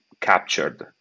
captured